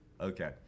Okay